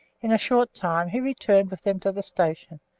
in a short time he returned with them to the station,